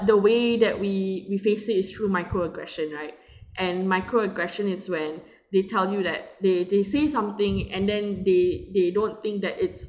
the way that we we facing is through micro aggression right and micro aggression is when they tell you that they they say something and then they they don't think that it's